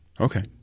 Okay